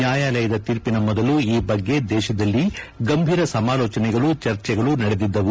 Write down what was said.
ನ್ಯಾಯಾಲಯದ ತೀರ್ಪಿನ ಮೊದಲು ಈ ಬಗ್ಗೆ ದೇಶದಲ್ಲಿ ಗಂಭೀರ ಸಮಾಲೋಜನೆಗಳು ಚರ್ಚೆಗಳು ನಡೆದಿದ್ಲವು